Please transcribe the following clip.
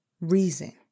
reason